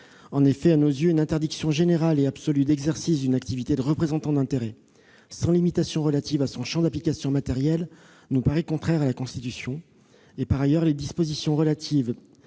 En effet, une interdiction générale et absolue d'exercice d'une activité de représentant d'intérêts, sans limitation relative à son champ d'application matériel, serait, à nos yeux, contraire à la Constitution. Par ailleurs, les dispositions relatives